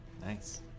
Nice